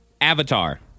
Avatar